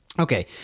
Okay